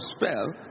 spell